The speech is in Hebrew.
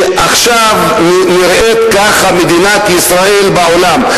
שעכשיו ככה נראית מדינת ישראל בעולם.